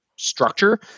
Structure